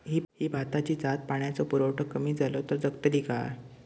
ही भाताची जात पाण्याचो पुरवठो कमी जलो तर जगतली काय?